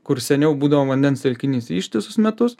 kur seniau būdavo vandens telkinys ištisus metus